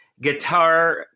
guitar